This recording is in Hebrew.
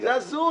זה הזוי,